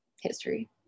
history